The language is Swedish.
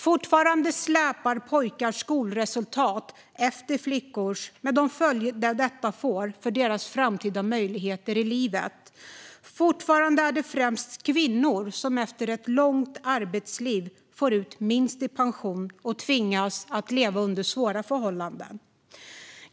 Fortfarande släpar pojkars skolresultat efter flickors med de följder detta får för deras framtida möjligheter i livet. Fortfarande är det främst kvinnor som efter ett långt arbetsliv får ut minst i pension och tvingas leva under svåra förhållanden.